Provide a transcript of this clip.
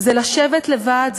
זה לשבת לבד,